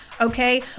okay